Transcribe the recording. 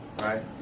right